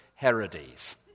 Herodes